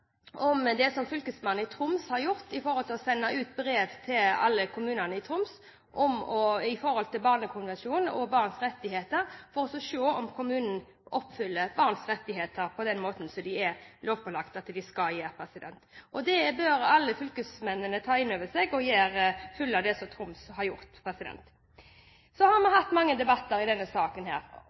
om det som fylkesmannen i Troms har gjort med å sende ut brev til alle kommunene i Troms om Barnekonvensjonen og barns rettigheter, for å se om kommunen oppfyller barns rettigheter på den måten som de er lovpålagt å gjøre. Det bør alle fylkesmennene ta inn over seg og følge det som fylkesmannen i Troms har gjort. Så har vi hatt mange debatter i denne saken.